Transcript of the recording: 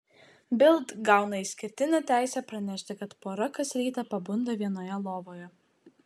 bild gauna išskirtinę teisę pranešti kad pora kas rytą pabunda vienoje lovoje